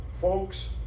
folks